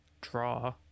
draw